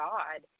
God